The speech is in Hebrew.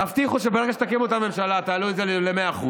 תבטיחו שברגע שתקימו את הממשלה תעלו את זה ל-100%,